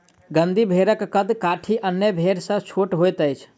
गद्दी भेड़क कद काठी अन्य भेड़ सॅ छोट होइत अछि